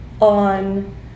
on